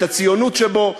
את הציונות שבו,